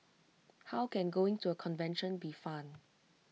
how can going to A convention be fun